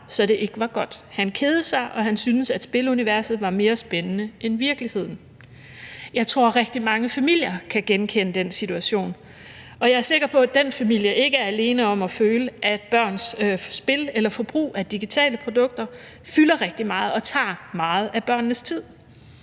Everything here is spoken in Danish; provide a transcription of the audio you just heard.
så det ikke var godt. Han kedede sig, og han syntes, at spiluniverset var mere spændende end virkeligheden. Jeg tror, rigtig mange familier kan genkende den situation, og jeg er sikker på, at den familie ikke er alene om at føle, at børns spil eller forbrug af digitale produkter fylder rigtig meget og tager meget af børnenes tid.